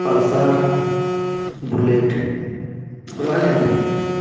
pulsar bullet Royal Enfield